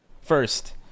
first